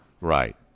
right